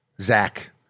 zach